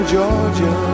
Georgia